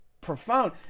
profound